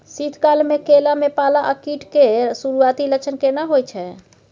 शीत काल में केला में पाला आ कीट के सुरूआती लक्षण केना हौय छै?